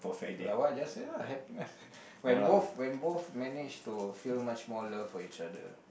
like I just said lah happiness when both when both manage to feel much more love for each other